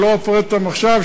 שלא אפרט אותן עכשיו,